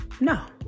no